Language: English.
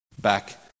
back